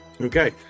Okay